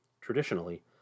Traditionally